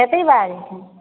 खेतीबाड़ी